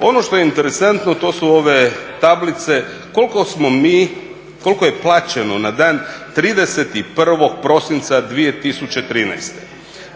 Ono što je interesantno to su ove tablice koliko smo mi, koliko je plaćeno na dan 31. prosinca 2013.